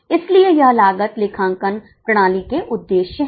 इसलिए यह लागत लेखांकन प्रणाली के उद्देश्य हैं